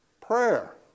prayer